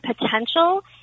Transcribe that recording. potential